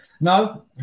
No